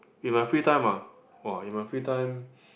in my free time ah [wah] in my free time